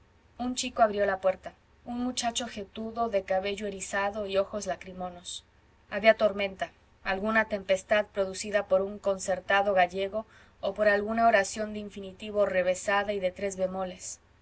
un chico abrió la puerta un muchacho jetudo de cabello erizado y ojos lacrimonos había tormenta alguna tempestad producida por un concertado gallego o por alguna oración de infinitivo revesada y de tres bemoles